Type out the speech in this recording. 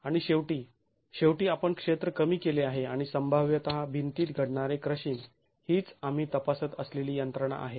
आणि शेवटी शेवटी आपण क्षेत्र कमी केले आहे आणि संभाव्यतः भिंतीत घडणारे क्रशिंग हीच आम्ही तपासत असलेली यंत्रणा आहे